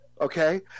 okay